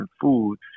food